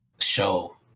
show